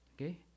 Okay